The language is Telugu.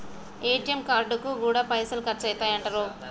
ఏ.టి.ఎమ్ కార్డుకు గూడా పైసలు ఖర్చయితయటరో